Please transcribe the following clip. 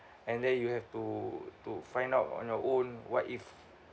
and then you have to to find out on your own what if